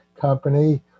Company